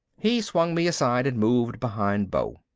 he swung me aside and moved behind beau.